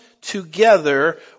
together